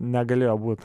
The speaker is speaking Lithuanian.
negalėjo būt